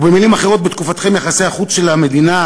ובמילים אחרות: בתקופתכם יחסי החוץ של המדינה